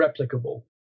replicable